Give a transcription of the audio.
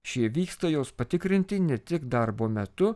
šie vyksta jos patikrinti ne tik darbo metu